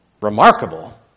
remarkable